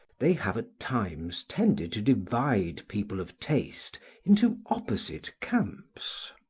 they have at times tended to divide people of taste into opposite camps.